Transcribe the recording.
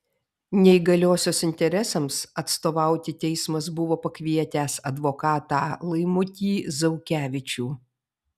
neįgaliosios interesams atstovauti teismas buvo pakvietęs advokatą laimutį zaukevičių